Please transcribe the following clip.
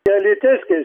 čia alytiškiai